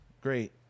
Great